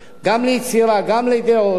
גם ליצירה, גם לדעות,